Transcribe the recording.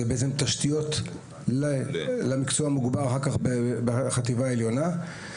זה תשתיות במקצוע המוגבר אחר כך בחטיבה העליונה.